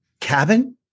cabin